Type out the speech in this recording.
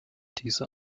diese